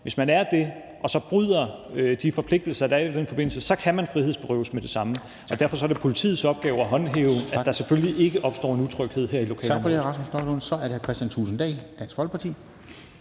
i Danmark og så bryder de forpligtelser, der er i den forbindelse. Derfor er det politiets opgave at håndhæve, at der selvfølgelig ikke opstår en utryghed her i lokalområdet.